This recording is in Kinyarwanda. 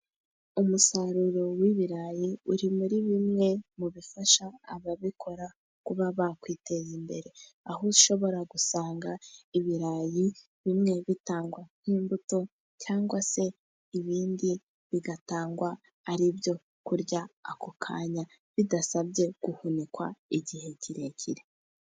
Umusaruro w'ibirayi uri muri bimwe mu bifasha ababikora kuba bakwiteza imbere. Aho ushobora gusanga ibirayi bimwe bitangwa nk'imbuto, cyangwa se ibindi bigatangwa ari ibyo kurya ako kanya, bidasabye guhunikwa igihe kirekire.